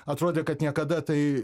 atrodė kad niekada tai